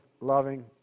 loving